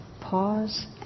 Pause